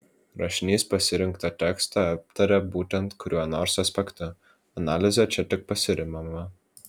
rašinys pasirinktą tekstą aptaria būtent kuriuo nors aspektu analize čia tik pasiremiama